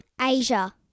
Asia